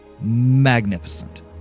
magnificent